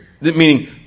Meaning